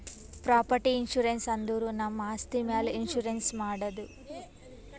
property insurance ಅಂದುರ್ ನಮ್ ಆಸ್ತಿ ಮ್ಯಾಲ್ ಇನ್ಸೂರೆನ್ಸ್ ಮಾಡದು